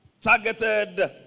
targeted